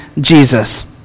Jesus